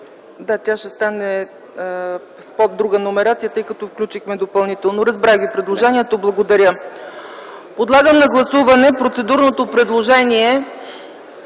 Да, тя ще стане под друга номерация, тъй като включихме допълнителна точка. Разбрах Ви предложението, благодаря. Подлагам на гласуване процедурното предложение